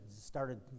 started